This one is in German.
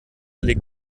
legt